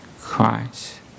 Christ